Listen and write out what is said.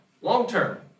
long-term